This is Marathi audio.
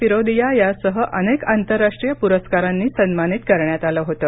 फिरोदिया यांसह अनेक आंतरराष्ट्रीयपुरस्कारांनी सन्मानित करण्यात आलं होतं